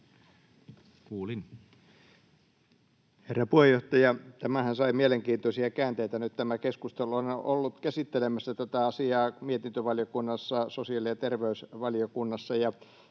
Content: Herra puheenjohtaja! Tämä keskusteluhan sai nyt mielenkiintoisia käänteitä. Olen ollut käsittelemässä tätä asiaa mietintövaliokunnassa, sosiaali‑ ja terveysvaliokunnassa,